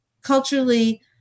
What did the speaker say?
culturally